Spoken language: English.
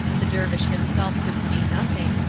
the dervish himself could see nothing,